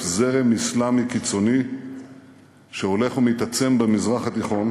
זרם אסלאמי קיצוני שהולך ומתעצם במזרח התיכון,